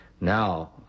Now